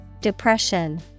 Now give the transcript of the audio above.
Depression